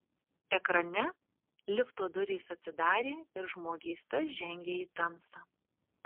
ekrane lifto durys atsidarė ir žmogysta žengė į tamsą